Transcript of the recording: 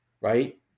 right